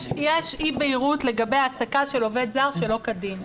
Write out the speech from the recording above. יש אי בהירות לגבי העסקה של עובד זר שלא כדין.